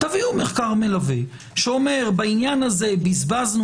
תביאו מחקר מלווה שאומר: בעניין הזה בזבזנו